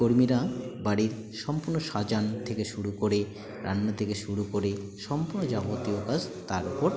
কর্মীরা বাড়ির সম্পূর্ণ সাজান থেকে শুরু করে রান্না থেকে শুরু করে সম্পূর্ণ যাবতীয় কাজ তার ওপর